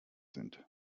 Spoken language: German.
sind